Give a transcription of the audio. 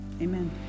Amen